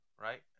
right